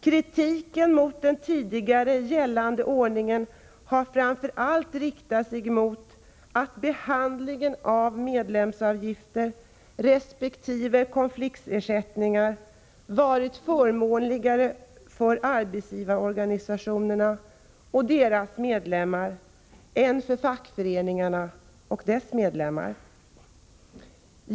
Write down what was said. Kritiken mot den tidigare gällande ordningen har framför allt riktat sig mot att behandlingen av medlemsavgifter resp. konfliktersättningar varit förmånligare för arbetsgivarorganisationerna och deras medlemmar än för fackföreningarna och deras medlemmar.